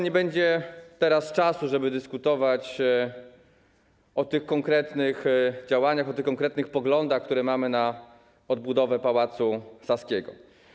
Nie będzie teraz czasu, żeby dyskutować o tych konkretnych działaniach, o tych konkretnych poglądach, które mamy w przypadku odbudowy Pałacu Saskiego.